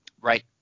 right